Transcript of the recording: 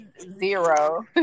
zero